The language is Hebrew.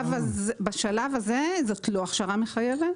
בשלב הזה זאת לא הכשרה מחייבת.